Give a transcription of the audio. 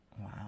Wow